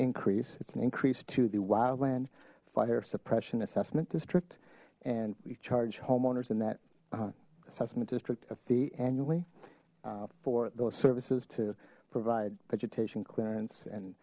increase it's an increase to the wildland fire suppression assessment district and we charge homeowners in that assessment district a fee annually for those services to provide vegetation clearance and